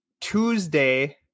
Tuesday